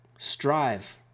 Strive